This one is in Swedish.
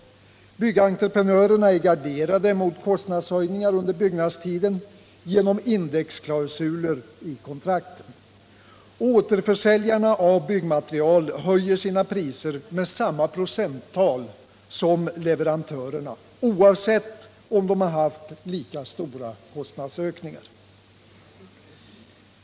Byggentreprenörerna är garderade mot kostnadshöjningar under byggtiden genom indexklausuler i kontrakten. Och återförsäljarna av byggmaterial höjer sina priser med samma procenttal som leverantörerna, oavsett om de har haft lika stora kostnadsökningar eller ej.